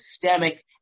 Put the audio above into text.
systemic